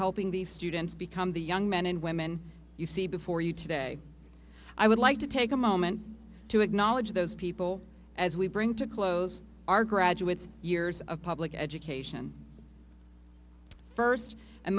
helping the students become the young men and women you see before you today i would like to take a moment to acknowledge those people as we bring to close our graduates years of public education first and